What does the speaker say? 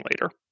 later